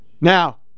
Now